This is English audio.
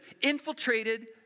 infiltrated